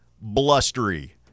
blustery